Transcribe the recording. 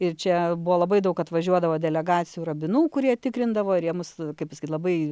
ir čia buvo labai daug atvažiuodavo delegacijų rabinų kurie tikrindavo ir jie mus kaip pasakyt labai